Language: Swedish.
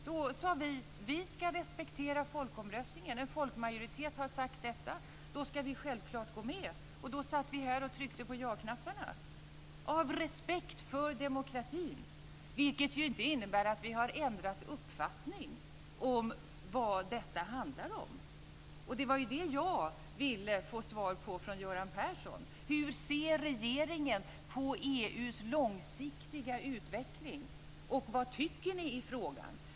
Då sade vi: Vi ska respektera folkomröstningen. En folkmajoritet har sagt detta, då ska vi självklart gå med. Då satt vi här och tryckte på ja-knapparna, av respekt för demokratin, vilket inte innebär att vi har ändrat uppfattning om vad detta handlar om. Det var det jag ville få svar på av Göran Persson. Hur ser regeringen på EU:s långsiktiga utveckling och vad tycker ni i frågan?